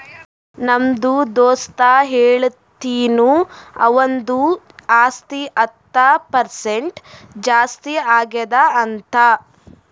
ನಮ್ದು ದೋಸ್ತ ಹೇಳತಿನು ಅವಂದು ಆಸ್ತಿ ಹತ್ತ್ ಪರ್ಸೆಂಟ್ ಜಾಸ್ತಿ ಆಗ್ಯಾದ್ ಅಂತ್